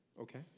Okay